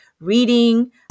reading